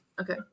Okay